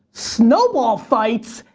snowball fights,